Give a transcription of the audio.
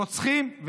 רוצחים,